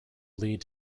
lead